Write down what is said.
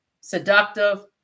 seductive